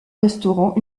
restaurant